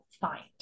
find